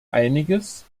einiges